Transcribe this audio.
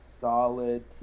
solid